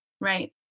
Right